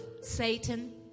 Satan